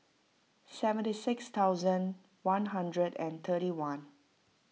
seventy six thousand one hundred and thirty one